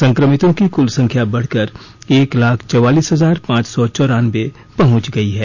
संक्रमितों की कल संख्या बढ़कर एक लाख चौवालीस हजार पांच सौ चौरानबे पहंच गई है